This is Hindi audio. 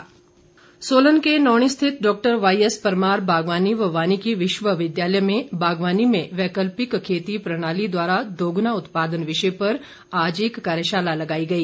महेन्द्र सिंह सोलन के नौणी स्थित डॉक्टर वाई एस परमार बागवानी व वानिकी विश्वविद्यालय में बागवानी में वैकल्पिक खेती प्रणाली द्वारा दोगुना उत्पादन विषय पर आज एक कार्यशाला लगाई गई